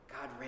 God